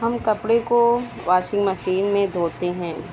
ہم کپڑے کو واشنگ مشین میں دھوتے ہیں